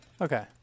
Okay